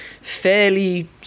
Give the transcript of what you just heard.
fairly